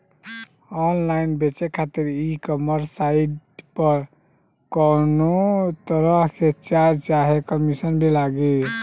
Online बेचे खातिर e commerce site पर कौनोतरह के चार्ज चाहे कमीशन भी लागी?